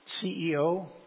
CEO